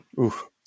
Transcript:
Oof